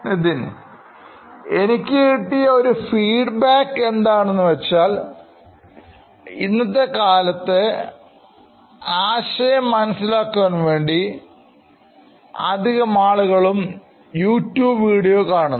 Nithin എനിക്ക് കിട്ടിയ ഒരു ഫീഡ്ബാക്ക് എന്താണെന്നുവെച്ചാൽ ഇന്നത്തെ കാലത്തെ ആശയം മനസ്സിലാക്കാൻ വേണ്ടി അധികമാളുകളും യൂട്യൂബ് വീഡിയോ കാണുന്നു